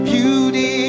Beauty